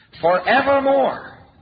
forevermore